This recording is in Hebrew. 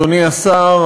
אדוני השר,